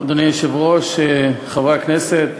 אדוני היושב-ראש, חברי הכנסת,